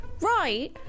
Right